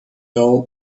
all